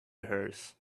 hers